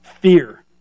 Fear